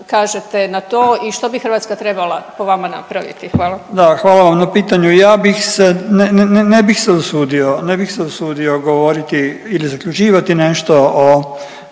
kažete na to i što bi Hrvatska trebala po vama napraviti? Hvala. **Bakić, Damir (Možemo!)** Da, hvala vam na pitanju. Ja bih se, ne, ne, ne bih se usudio, ne bih se usudio govoriti ili zaključivati nešto o